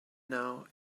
now